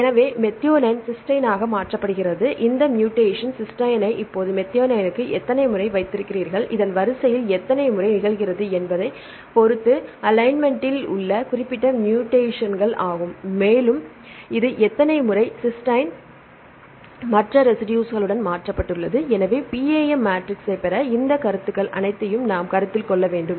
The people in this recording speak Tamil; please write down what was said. எனவே மெத்தியோனைன் சிஸ்டைன்னாக மாற்றப்படுகிறது இந்த மூடேசன் சிஸ்டைனை இப்போது மெத்தியோனைனுக்கு எத்தனை முறை வைத்திருக்கிறார்கள் இது வரிசையில் எத்தனை முறை நிகழ்கிறது என்பதைப் பொறுத்து அலைன்மென்ட்டில் உள்ள குறிப்பிட்ட மூடேசன்கள் ஆகும் மேலும் இது எத்தனை முறை சிஸ்டைன் பெற இந்த கருத்துகள் அனைத்தையும் நாம் கருத்தில் கொள்ள வேண்டும்